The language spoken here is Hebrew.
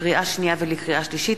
לקריאה שנייה ולקריאה שלישית,